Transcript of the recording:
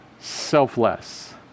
selfless